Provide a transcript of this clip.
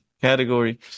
category